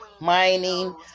mining